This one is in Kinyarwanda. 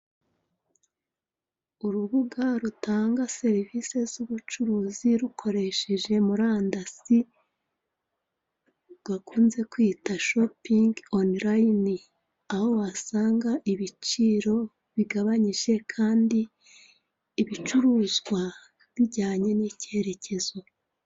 Urubuga rutanga service zubucuruzi rukoresheje murandasi bakunze kwita shopping online ,Aho Wasanga ibiciro bigabanyije Kandi ibicuruzwa bijyanye n'icyerekezo.